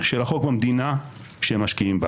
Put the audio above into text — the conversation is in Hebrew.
אנחנו כבר במענה למענה כשלא היית פה.